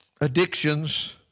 addictions